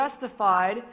justified